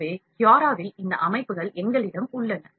எனவே cura வில் இந்த அமைப்புகள் எங்களிடம் உள்ளன